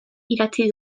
idatzi